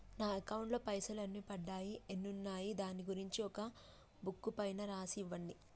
నా అకౌంట్ లో పైసలు ఎన్ని పడ్డాయి ఎన్ని ఉన్నాయో దాని గురించి ఒక బుక్కు పైన రాసి ఇవ్వండి?